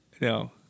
no